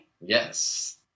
Yes